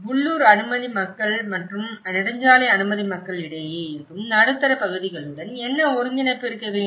எனவே உள்ளூர் அனுமதி மக்கள் மற்றும் நெடுஞ்சாலை அனுமதி மக்கள் இடையில் இருக்கும் நடுத்தர பகுதிகளுடன் என்ன ஒருங்கிணைப்பு இருக்க வேண்டும்